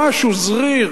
משהו "זע'יר",